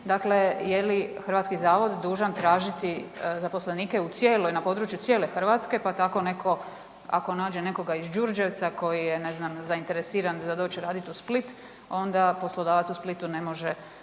dakle, je li hrvatski zavod dužan tražiti zaposlenike u cijeloj, na području cijele Hrvatske, pa tako netko, ako nađe nekoga iz Đurđevca koji je ne znam, zainteresiran za doći raditi u Split, onda poslodavac u Splitu ne može